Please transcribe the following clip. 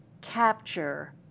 capture